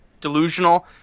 delusional